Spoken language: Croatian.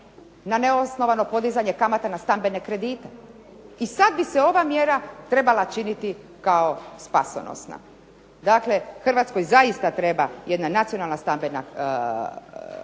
na neosnovano podizanje kamata na stambene kredite. I sada bi se ova mjera trebala činiti kao spasonosna. Dakle, Hrvatskoj zaista treba jedna nacionalna stambena politika,